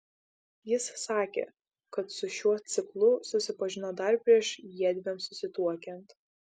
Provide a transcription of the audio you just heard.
jis sakė kad su šiuo ciklu susipažino dar prieš jiedviem susituokiant